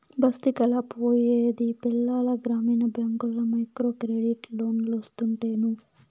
బస్తికెలా పోయేది పల్లెల గ్రామీణ బ్యాంకుల్ల మైక్రోక్రెడిట్ లోన్లోస్తుంటేను